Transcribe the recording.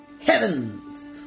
heavens